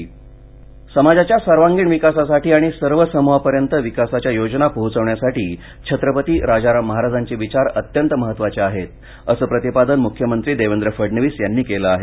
मुख्यमंत्री समाजाच्या सर्वांगीण विकासासाठी आणि सर्व समूहापर्यंत विकासाच्या योजना पोहोचविण्यासाठी छत्रपती राजाराम महाराजांचे विचार अत्यंत महत्त्वाचे आहेत असं प्रतिपादन मुख्यमंत्री देवेंद्र फडणवीस यांनी केलं आहे